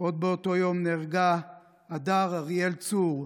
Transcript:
עוד באותו יום נהרגה הדר אריאל צור,